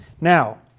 now